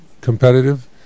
competitive